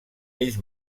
ells